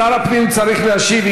שר הפנים צריך להשיב.